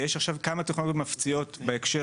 ויש עכשיו כמה טכנולוגיות שמפציעות בהקשר